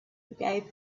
gave